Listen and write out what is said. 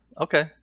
okay